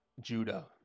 Judah